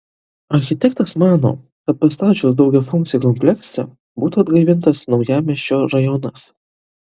architektas mano kad pastačius daugiafunkcį kompleksą būtų atgaivintas naujamiesčio rajonas